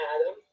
Adam